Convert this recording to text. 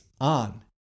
on